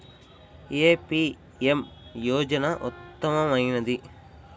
ఏ PM యోజన ఉత్తమమైనది?